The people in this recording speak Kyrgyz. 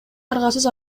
аргасыз